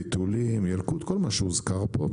חיתולים, ילקוט, כל מה שהוזכר פה.